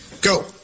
Go